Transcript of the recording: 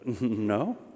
No